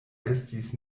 estis